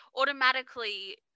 automatically